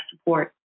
support